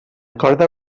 corda